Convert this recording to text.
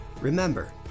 Remember